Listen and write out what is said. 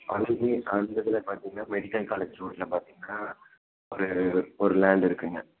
அதுலேருந்தே அந்த இதில் பார்த்தீங்கன்னா மெடிக்கல் காலேஜ் ஸ்டூடண்ட்ட பார்த்தீங்கன்னா ஒரு ஒரு லேண்ட் இருக்குதுங்க